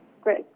great